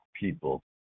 people